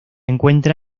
encuentra